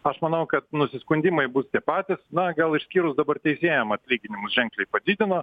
aš manau kad nusiskundimai bus tie patys na gal išskyrus dabar teisėjam atlyginimus ženkliai padidino